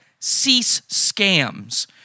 CeaseScams